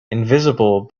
invisible